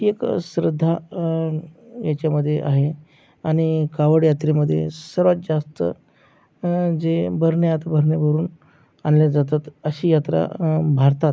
ही एक श्रद्धा याच्यामध्ये आहे आणि कावड यात्रेमध्ये सर्वात जास्त जे भरण्या भरून आणल्या जातात अशी यात्रा भारतात